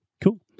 Cool